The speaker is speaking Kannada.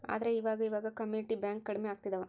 ಆದ್ರೆ ಈವಾಗ ಇವಾಗ ಕಮ್ಯುನಿಟಿ ಬ್ಯಾಂಕ್ ಕಡ್ಮೆ ಆಗ್ತಿದವ